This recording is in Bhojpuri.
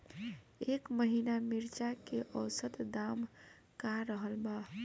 एह महीना मिर्चा के औसत दाम का रहल बा?